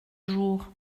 jour